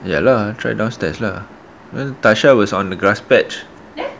ya lah try downstairs lah and tasha was on the grass patch